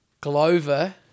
Glover